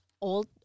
old